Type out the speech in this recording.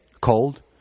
cold